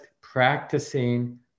practicing